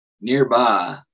nearby